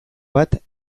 bat